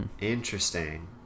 Interesting